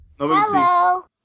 Hello